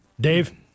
Dave